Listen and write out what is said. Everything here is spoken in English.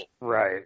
Right